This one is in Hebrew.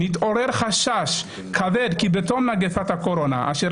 מתעורר חשש כבד כי בתום מגפת הקורונה אשר